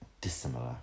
dissimilar